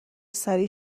سریع